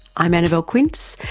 i'm annabelle quince,